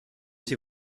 sie